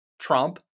Trump